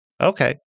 Okay